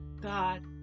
God